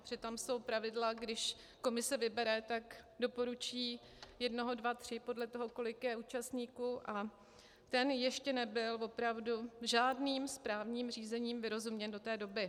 Přitom jsou pravidla, když komise vybere, tak doporučí jednoho, dva, tři, podle toho, kolik je účastníků, a ten ještě nebyl opravdu žádným správním řízením vyrozuměn do té doby.